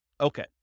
Okay